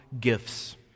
gifts